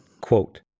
quote